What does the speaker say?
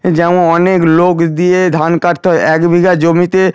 যেমন অনেক লোক দিয়ে ধান কাটতে হয় এক বিঘা জমিতে